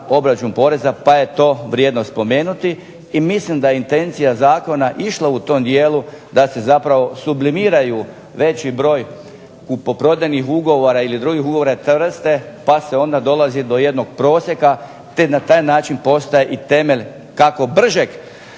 obračun poreza pa je to vrijedno spomenuti. I mislim da je intencija zakona išla u tom dijelu da se zapravo sublimiraju veći broj kupoprodajnih ugovora ili drugih ugovora te vrste pa se onda dolazi do jednog prosjeka te na taj način postaje i temelj kako bržeg